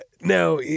Now